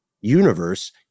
universe